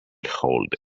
hold